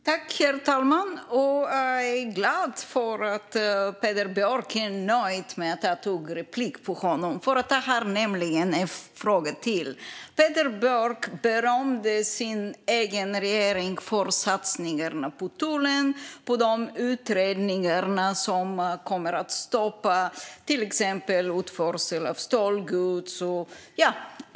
Herr talman! Det gläder mig att Peder Björk är nöjd med att jag tog replik på honom, för jag har nämligen en fråga till. Peder Björk berömde sin egen regering för satsningarna på tullen och på de utredningar som till exempel kommer att stoppa utförsel av stöldgods.